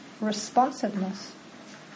responsiveness